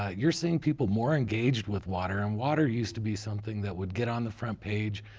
ah you're seeing people more engaged with water. and water used to be something that would get on the front page,